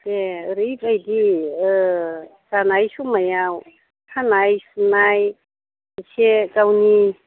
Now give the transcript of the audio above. दे ओरैबादि ओह जानाय संनायाव सानाय सुनाय एसे गावनि